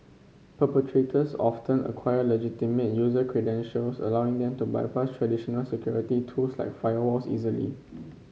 perpetrators often acquire legitimate user credentials allowing them to bypass traditional security tools like firewalls easily